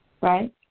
right